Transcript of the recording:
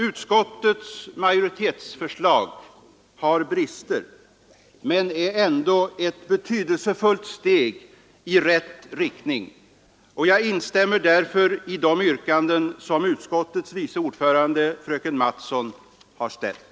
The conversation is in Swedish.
Utskottets majoritetsförslag har brister men är ändock ett betydelsefullt steg i rätt riktning. Jag instämmer därför i det yrkande som utskottets vice ordförande fröken Mattson har ställt.